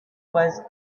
was